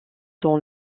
dans